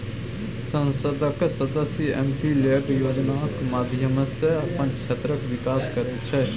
संसदक सदस्य MP LAD योजनाक माध्यमसँ अपन क्षेत्रक बिकास करय छै